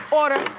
order,